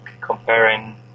comparing